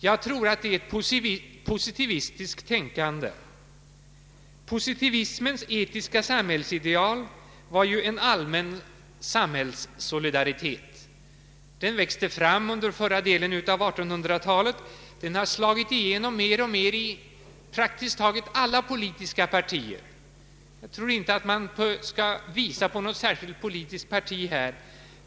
Jag tror att det är ett positivistiskt tänkande. Positivismens etiska samhällsideal var ju en allmän samhällssolidaritet. Den växte fram under förra delen av 1800-talet, och den har mer och mer slagit igenom i praktiskt taget alla politiska partier — jag tror inte att jag skall visa på något särskilt politiskt parti härvidlag.